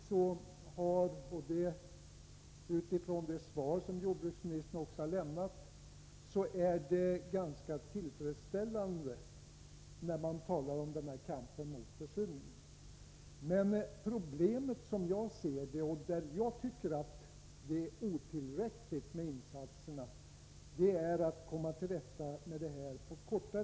När det gäller jordbruksministerns svar kan jag säga att långsiktigt är åtgärderna i kampen mot försurningen tillfredsställande. Problemet gäller emellertid, enligt min uppfattning, hur vi på kortare sikt skall kunna komma till rätta med förhållandena. I det avseendet anser jag att insatserna inte är tillräckliga.